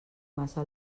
massa